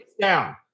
down